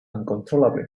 uncontrollably